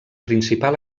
principal